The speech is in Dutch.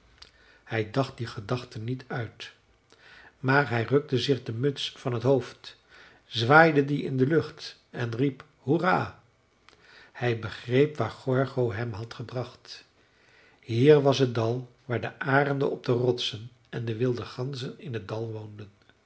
hij dacht die gedachte niet uit maar hij rukte zich de muts van t hoofd zwaaide die in de lucht en riep hoera hij begreep waar gorgo hem had gebracht hier was het dal waar de arenden op de rotsen en de wilde ganzen in het dal woonden